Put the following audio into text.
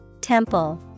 Temple